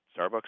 Starbucks